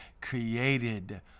created